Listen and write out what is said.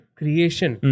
creation